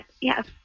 yes